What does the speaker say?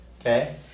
okay